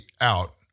out